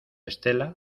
estela